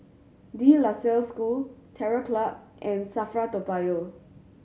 De La Salle School Terror Club and SAFRA Toa Payoh